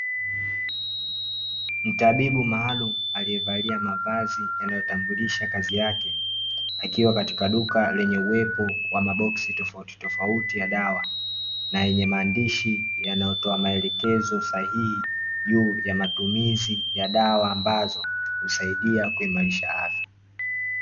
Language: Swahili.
Mtabibu maalumu aliyevalia mavazi yanayo tambulisha kazi yake, akiwa katika duka lenye uwepo wa maboksi tofauti tofauti ya dawa, na yenye maandishi yanayotoa maelekezo sahihi juu ya matumizi ya dawa ambazo, husaidia kuimarisha afya.